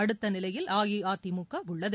அடுத்த நிலையில் அஇஅதிமுக உள்ளது